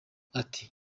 ati